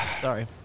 Sorry